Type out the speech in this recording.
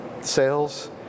sales